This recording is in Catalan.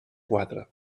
quatre